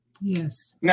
Yes